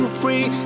free